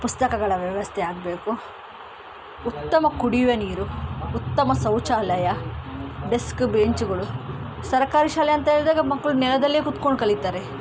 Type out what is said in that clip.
ಪುಸ್ತಕಗಳ ವ್ಯವಸ್ಥೆ ಆಗಬೇಕು ಉತ್ತಮ ಕುಡಿಯುವ ನೀರು ಉತ್ತಮ ಶೌಚಾಲಯ ಡೆಸ್ಕ್ ಬೆಂಚ್ಗಳು ಸರಕಾರಿ ಶಾಲೆ ಅಂತ ಹೇಳಿದಾಗ ಮಕ್ಕಳು ನೆಲದಲ್ಲೇ ಕೂತ್ಕೊಂಡು ಕಲಿತಾರೆ